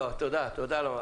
תודה.